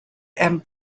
and